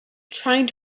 trying